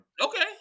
Okay